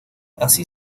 así